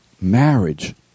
marriage